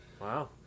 Wow